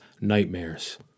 nightmares